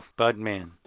Budman